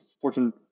fortune